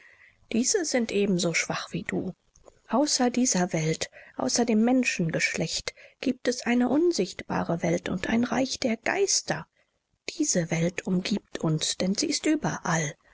diese sind ebenso schwach wie du außer dieser welt außer dem menschengeschlecht giebt es eine unsichtbare welt und ein reich der geister diese welt umgiebt uns denn sie ist überall